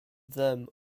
them